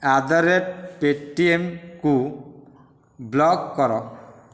at the rate ପେଟିଏମ୍କୁ block କର